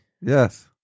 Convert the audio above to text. Yes